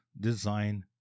design